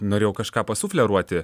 norėjau kažką pasufleruoti